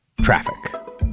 Traffic